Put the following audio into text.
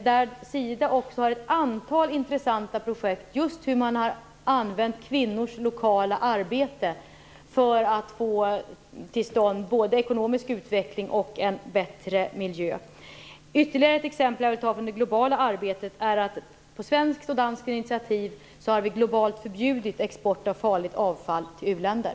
SIDA har också ett antal intressanta projekt där man använt kvinnors lokala arbete för att få till stånd både ekonomisk utveckling och bättre miljö. Ytterligare ett exempel på det globala arbetet är att vi på svenskt och danskt initiativ globalt har förbjudit export av farligt avfall till u-länder.